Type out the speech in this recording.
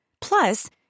Plus